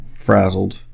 Frazzled